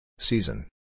Season